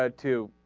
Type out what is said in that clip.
ah to